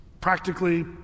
practically